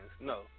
No